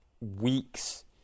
weeks